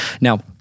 Now